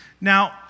Now